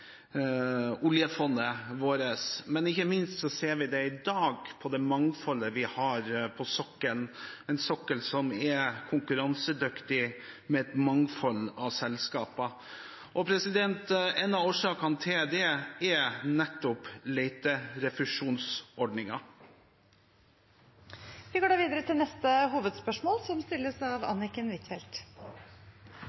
det mangfoldet vi har på sokkelen, en sokkel som er konkurransedyktig med et mangfold av selskaper. En av årsakene til det er nettopp leterefusjonsordningen. Vi går da videre til neste hovedspørsmål. Nylig hadde vi her i Stortinget besøk av